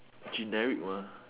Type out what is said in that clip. generic mah